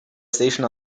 station